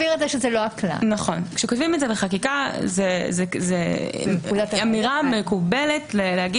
כשכותבים בחקיקה זו אמירה מקובלת לומר: